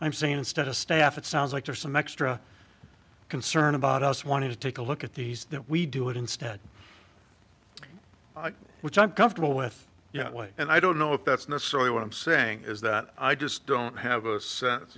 i'm saying instead of staff it sounds like there's some extra concern about us want to take a look at these that we do it instead which i'm comfortable with you know way and i don't know if that's necessarily what i'm saying is that i just don't have a sense